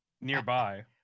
Nearby